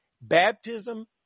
baptism